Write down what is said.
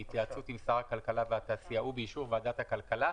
בהתייעצות עם שר הכלכלה והתעשייה ובאישור ועדת הכלכלה,